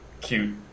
cute